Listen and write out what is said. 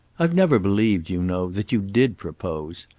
i've never believed, you know, that you did propose.